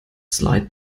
slide